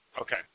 Okay